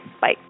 Bye